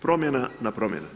Promjena na promjene.